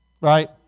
Right